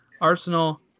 Arsenal